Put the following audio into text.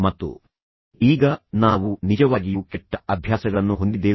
ಮತ್ತು ಈಗ ನಾವು ನಿಜವಾಗಿಯೂ ಕೆಟ್ಟ ಅಭ್ಯಾಸಗಳನ್ನು ಹೊಂದಿದ್ದೇವೆಯೇ